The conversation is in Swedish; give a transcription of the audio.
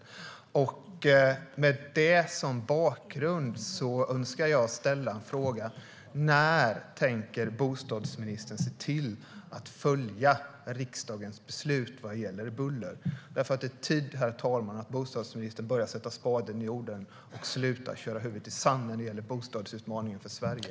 Med detta som bakgrund önskar jag ställa en fråga. När tänker bostadsministern se till att följa riksdagens beslut vad gäller buller? Det är nämligen tid för bostadsministern att sätta spaden i jorden och sluta köra huvudet i sanden när det gäller bostadsutmaningen för Sverige.